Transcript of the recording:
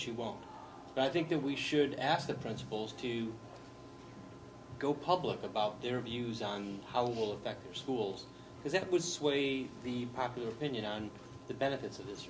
she won't but i think that we should ask the principals to go public about their views on how will affect our schools because it was the popular opinion on the benefits of this